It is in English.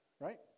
Right